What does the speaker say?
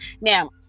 now